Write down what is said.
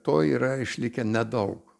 to yra išlikę nedaug